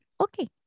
Okay